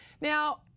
Now